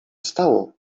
stało